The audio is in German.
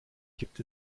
gibt